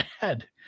bad